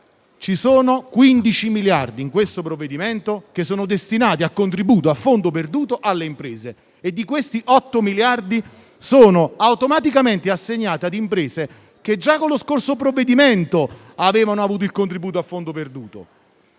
Ci sono 15 miliardi nel provvedimento che sono destinati a contributo a fondo perduto alle imprese e, di questi, 8 miliardi sono automaticamente assegnati ad imprese che già con il precedente provvedimento avevano avuto il contributo a fondo perduto.